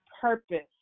purpose